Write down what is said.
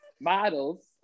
Models